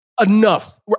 Enough